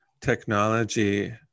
technology